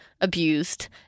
abused